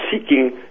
seeking